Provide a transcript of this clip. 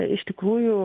iš tikrųjų